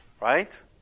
Right